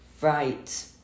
Right